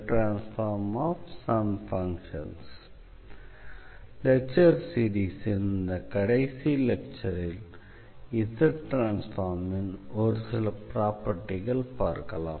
lecture சீரிஸின் இந்த கடைசி லெக்சரில் Z ட்ரான்ஸ்ஃபார்ம்மின் ஒரு சில ப்ராப்பர்டிகள் பார்க்கலாம்